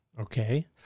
okay